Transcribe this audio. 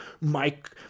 mike